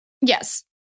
Yes